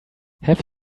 have